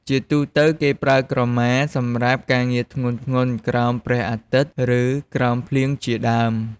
ជាទូទៅ គេប្រើក្រមាសម្រាប់ការងារធ្ងន់ៗ ក្រោមព្រះអាទិត្យ ឬ ក្រោមភ្លៀងជាដើម។